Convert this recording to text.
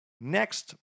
Next